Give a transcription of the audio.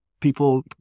people